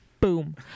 Boom